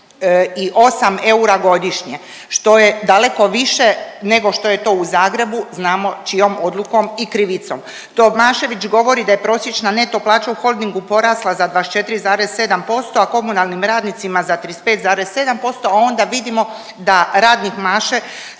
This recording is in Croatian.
828 eura godišnje, što je daleko više nego što je to u Zagrebu, znamo čijom odlukom i krivicom. Tomašević govori da je prosječna neto plaća u Holdingu porasla za 24,7%, a komunalnim radnicima za 35,7%, a onda vidimo da radnik maše sa